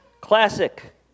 Classic